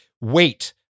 wait